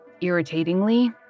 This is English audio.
irritatingly